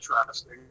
interesting